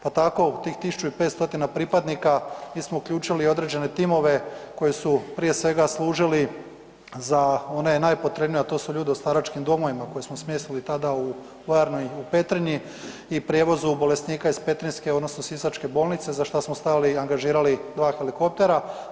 Pa tako u tih 1500 pripadnika mi smo uključili i određene timove koji su prije svega služili za one najpotrebnije, a to su ljudi u staračkim domovima koje smo smjestili tada u vojarnu u Petrinji i prijevozu bolesnika iz petrinjske odnosno sisačke bolnice za šta smo stavili i angažirali dva helikoptera.